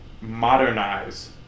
modernize